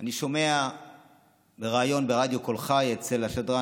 אני שומע בריאיון ברדיו קול חי אצל השדרן